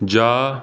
ਜਾ